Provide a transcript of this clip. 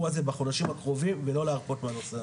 הזה בחודשים הקרובים ולא להרפות בנושא הזה.